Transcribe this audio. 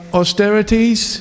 austerities